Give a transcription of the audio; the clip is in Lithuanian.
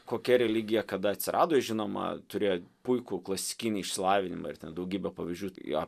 kokia religija kada atsirado jis žinoma turėjo puikų klasikinį išsilavinimą ir ten daugybę pavyzdžių jo